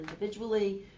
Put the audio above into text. individually